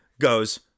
goes